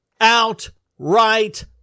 Outright